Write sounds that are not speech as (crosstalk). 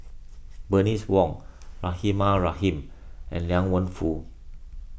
(noise) Bernice Wong Rahimah Rahim and Liang Wenfu